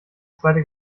zweite